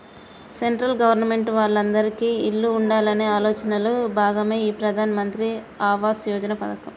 central government వాళ్ళు అందిరికీ ఇల్లు ఉండాలనే ఆలోచనలో భాగమే ఈ ప్రధాన్ మంత్రి ఆవాస్ యోజన పథకం